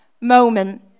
moment